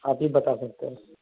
آپ ہی بتا سکتے ہیں